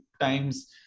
times